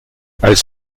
als